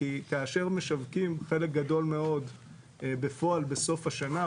כי כאשר משווקים חלק גדול מאוד בפועל בסוף השנה,